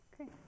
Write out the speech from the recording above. Okay